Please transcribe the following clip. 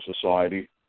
society